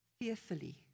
fearfully